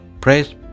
Praise